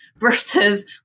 versus